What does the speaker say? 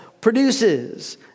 produces